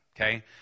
okay